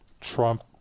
Trump